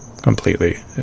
Completely